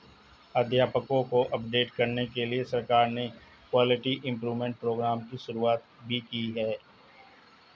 अध्यापकों को अपडेट करने के लिए सरकार ने क्वालिटी इम्प्रूव्मन्ट प्रोग्राम की शुरुआत भी की है